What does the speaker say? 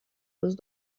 روز